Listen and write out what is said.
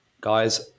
Guys